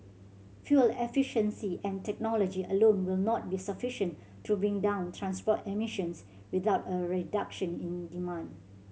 fuel efficiency and technology alone will not be sufficient to bring down transport emissions without a reduction in demand